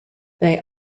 they